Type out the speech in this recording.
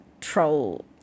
troll